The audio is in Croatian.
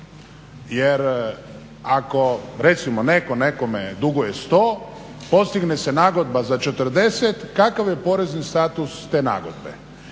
Jer ako recimo netko nekome duguje 100, postigne se nagodba za 40 kakav je porezni status te nagodbe?